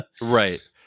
Right